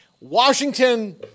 Washington